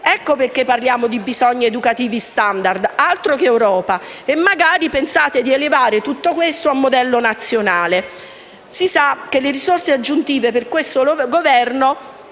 Ecco perché parliamo di bisogni educativi *standard*, altro che Europa. E magari pensate di elevare tutto questo a modello nazionale. Si sa che le risorse aggiuntive per questo Governo